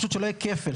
פשוט שלא יהיה כפל,